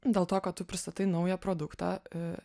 dėl to kad tu pristatai naują produktą